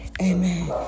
amen